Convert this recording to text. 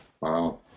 Wow